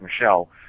Michelle